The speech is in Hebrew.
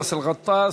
באסל גטאס,